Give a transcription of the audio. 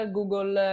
Google